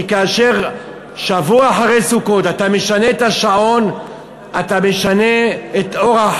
כי כאשר שבוע אחרי סוכות אתה משנה את השעון אתה משנה את אורח